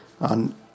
on